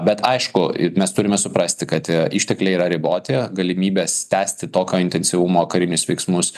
bet aišku ir mes turime suprasti kad ištekliai yra riboti galimybės tęsti tokio intensyvumo karinius veiksmus